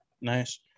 Nice